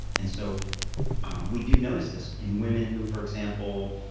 and so um we do notice this in women who, for example,